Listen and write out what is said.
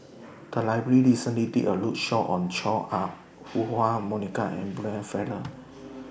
The Library recently did A roadshow on Chua Ah Huwa Monica and Brian Farrell